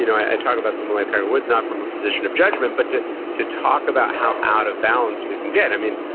you know i talk about someone like tiger woods, not from a position of judgment, but to to talk about how out of balance we can get. i mean,